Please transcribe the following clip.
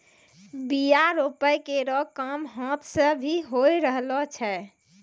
बीया रोपै केरो काम हाथ सें भी होय रहलो छै